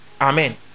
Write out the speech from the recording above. amen